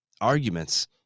arguments